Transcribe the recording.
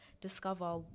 discover